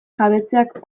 jabetzeak